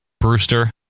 Brewster